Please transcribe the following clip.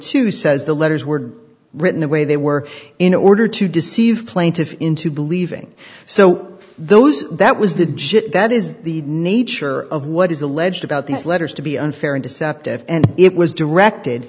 two says the letters were written the way they were in order to deceive plaintiff into believing so those that was the judge that is the nature of what is alleged about these letters to be unfair and deceptive and it was directed